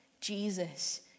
Jesus